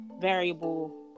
variable